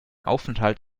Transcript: aufenthalt